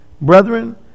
Brethren